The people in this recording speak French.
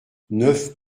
neuf